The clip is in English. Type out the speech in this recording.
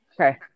okay